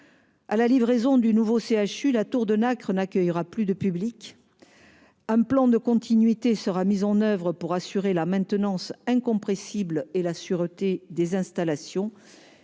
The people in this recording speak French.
À la livraison du nouveau CHU, la Tour de Nacre n'accueillera plus de public. Un plan de continuité sera mis en oeuvre pour assurer la maintenance incompressible et la sûreté des installations.